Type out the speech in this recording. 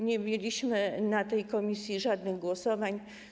Nie mieliśmy w tej komisji żadnych głosowań.